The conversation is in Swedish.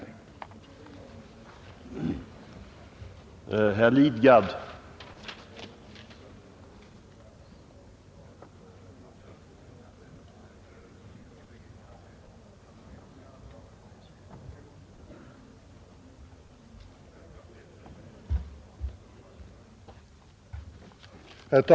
av fast egendom, mm.